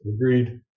agreed